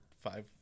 five